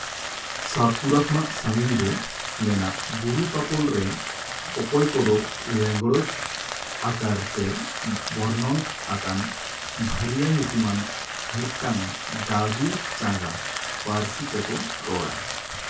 ᱥᱟᱛᱯᱩᱨᱟ ᱠᱷᱚᱱᱟᱜ ᱥᱟᱸᱜᱤᱧ ᱨᱮ ᱢᱮᱱᱟᱜ ᱵᱩᱨᱩ ᱛᱟᱯᱚᱞ ᱨᱮ ᱚᱠᱚᱭ ᱠᱚᱫᱚ ᱞᱮᱸᱜᱽᱲᱚᱡ ᱟᱠᱟᱨ ᱛᱮ ᱵᱚᱨᱱᱚᱱ ᱟᱠᱟᱱ ᱵᱷᱟᱹᱨᱤᱭᱟᱹ ᱧᱩᱛᱩᱢᱟᱱ ᱢᱤᱫᱴᱟᱝ ᱫᱨᱟᱵᱤᱲ ᱪᱟᱸᱜᱟ ᱯᱟᱹᱨᱥᱤ ᱛᱮᱠᱚ ᱨᱚᱲᱟ